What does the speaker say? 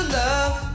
love